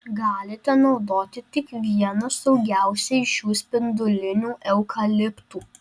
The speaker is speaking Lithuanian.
galite naudoti tik vieną saugiausią iš jų spindulinių eukaliptų